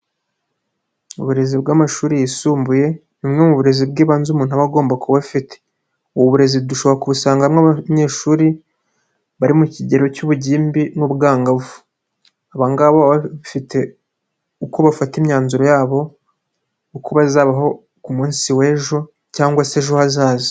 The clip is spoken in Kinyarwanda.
Uburezi bw'amashuri yisumbuye ni bumwe mu burezi bw'ibanze umuntu aba agomba kuba afite. Uburezi dushobora kubusangamo abanyeshuri bari mu kigero cy'ubugimbi n'ubwangavu, abangaba baba bafite uko bafata imyanzuro yabo uko bazabaho ku munsi w'ejo, cyangwa se ejo hazaza.